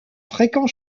fréquent